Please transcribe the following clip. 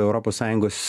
europos sąjungos